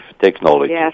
technology